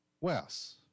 Wes